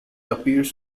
appears